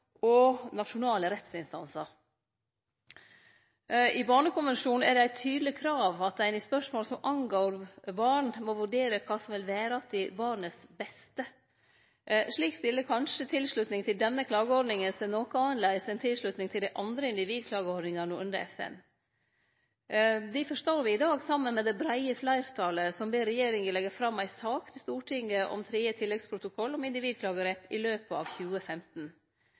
og nasjonale rettsinstansar. I Barnekonvensjonen er det eit tydeleg krav at ein i spørsmål som angår barn, må vurdere kva som vil vere til barnets beste. Slik stiller kanskje tilslutning til denne klageordninga seg noko annleis enn tilslutning til andre individklageordningar under FN. Difor står me i dag saman med det breie fleirtalet som ber regjeringa leggje fram ei sak for Stortinget om tredje tilleggsprotokoll om individklagerett i løpet av 2015.